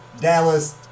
Dallas